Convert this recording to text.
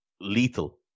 lethal